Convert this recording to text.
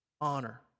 honor